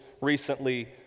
recently